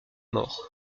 mort